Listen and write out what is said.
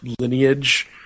lineage